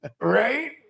right